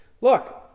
Look